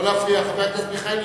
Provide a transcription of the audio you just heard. לא להפריע, חבר הכנסת מיכאלי.